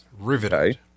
riveted